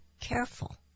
careful